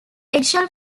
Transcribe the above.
eggshell